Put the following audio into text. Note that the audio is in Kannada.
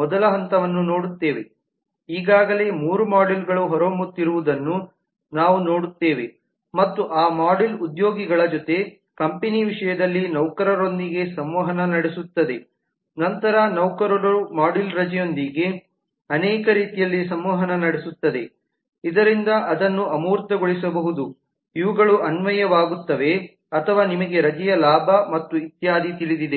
ಮೊದಲ ಹಂತವನ್ನು ನೋಡುತ್ತೇವೆ ಈಗಾಗಲೇ ಮೂರು ಮಾಡ್ಯೂಲ್ಗಳು ಹೊರಹೊಮ್ಮುತ್ತಿರುವುದನ್ನು ನಾವು ನೋಡುತ್ತೇವೆ ಮತ್ತು ಆ ಮಾಡ್ಯೂಲ್ ಉದ್ಯೋಗಿಗಳ ಜೊತೆ ಕಂಪನಿಗಳ ವಿಷಯದಲ್ಲಿ ನೌಕರರೊಂದಿಗೆ ಸಂವಹನ ನಡೆಸುತ್ತದೆ ನಂತರ ನೌಕರರ ಮಾಡ್ಯೂಲ್ ರಜೆಯೊಂದಿಗೆ ಅನೇಕ ರೀತಿಯಲ್ಲಿ ಸಂವಹನ ನಡೆಸುತ್ತದೆ ಇದರಿಂದ ಅದನ್ನು ಅಮೂರ್ತಗೊಳಿಸಬಹುದು ಇವುಗಳು ಅನ್ವಯವಾಗುತ್ತವೆ ಅಥವಾ ನಿಮಗೆ ರಜೆಯ ಲಾಭ ಮತ್ತು ಇತ್ಯಾದಿ ತಿಳಿದಿದೆ